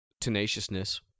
Tenaciousness